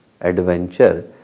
adventure